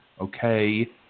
Okay